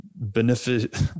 benefit